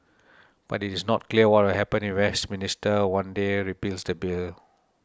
but it is not clear what will happen if Westminster one day repeals that bill